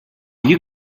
you